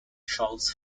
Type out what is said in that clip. charles